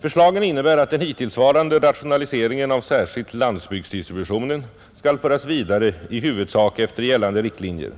Förslagen innebär att den hittillsvarande rationaliseringen av särskilt landsbygdsdistributionen skall föras vidare i huvudsak efter gällande riktlinjer.